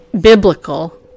biblical